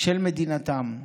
של מדינתם.